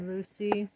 Lucy